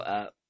up